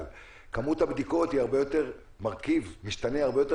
כמות הבדיקות היא מרכיב משתנה הרבה יותר